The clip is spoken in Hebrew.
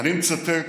אני מצטט